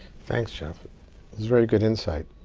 thanks, jeff. that's very good insight.